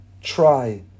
try